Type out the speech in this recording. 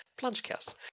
plungecast